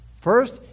First